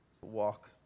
walk